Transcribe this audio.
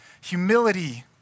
Humility